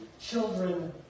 children